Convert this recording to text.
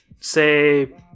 say